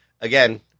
again